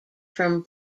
from